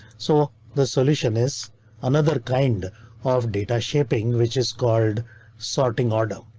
so the solution is another kind of data shaping which is called sorting order.